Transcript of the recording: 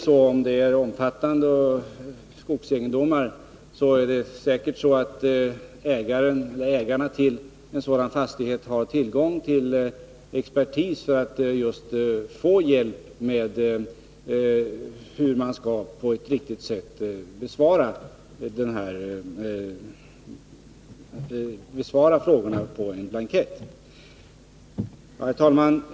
Gäller det stora skogsegendomar har f. ö. ägaren eller ägarna till fastigheten säkert tillgång till expertis för att få hjälp med just besvarandet av frågorna på blanketten. Herr talman!